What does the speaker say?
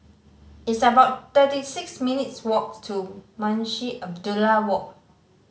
it's about thirty six minutes' walks to Munshi Abdullah Walk